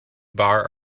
bar